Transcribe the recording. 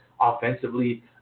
offensively